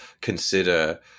consider